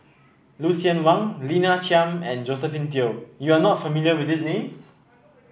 Lucien Wang Lina Chiam and Josephine Teo you are not familiar with these names